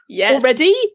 already